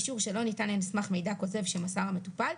אישור שלא ניתן על סמך מידע כוזב שמסר המטופל.